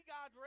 God